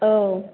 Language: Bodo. औ